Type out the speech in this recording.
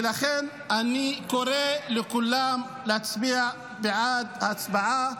ולכן אני קורא לכולם להצביע בעד ההצעה,